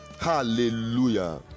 Hallelujah